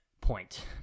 point